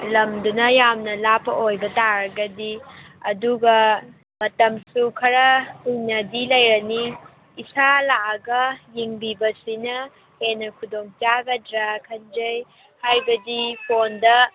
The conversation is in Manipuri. ꯂꯝꯗꯨꯅ ꯌꯥꯝꯅ ꯂꯥꯞꯄ ꯑꯣꯏꯕ ꯇꯥꯔꯒꯗꯤ ꯑꯗꯨꯒ ꯃꯇꯝꯁꯨ ꯈꯔ ꯀꯨꯏꯅꯗꯤ ꯂꯩꯔꯅꯤ ꯏꯁꯥ ꯂꯥꯛꯑꯒ ꯌꯦꯡꯕꯤꯕꯁꯤꯅ ꯍꯦꯟꯅ ꯈꯨꯗꯣꯡ ꯆꯥꯒꯗ꯭ꯔꯥ ꯈꯟꯖꯩ ꯍꯥꯏꯕꯗꯤ ꯐꯣꯟꯗ